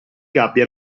gabbia